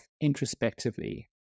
introspectively